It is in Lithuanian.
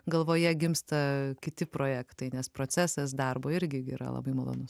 galvoje gimsta kiti projektai nes procesas darbo irgi yra labai malonus